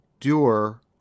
Doer